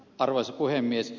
arvoisa puhemies